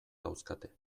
dauzkate